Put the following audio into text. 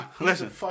listen